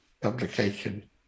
publication